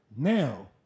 Now